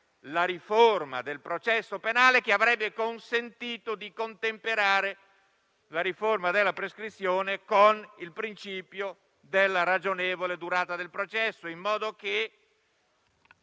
la riforma del processo penale, che avrebbe consentito di contemperare la riforma della prescrizione con il principio della ragionevole durata del processo, in modo che